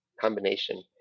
combination